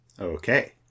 Okay